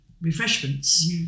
refreshments